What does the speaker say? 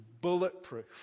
bulletproof